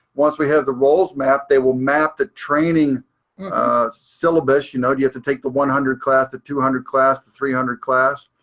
once we have the roles mapped, they will map the training syllabus, you know, you have to take the one hundred class, the two hundred class, the three hundred class,